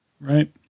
Right